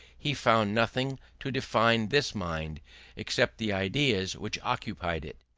he found nothing to define this mind except the ideas which occupied it.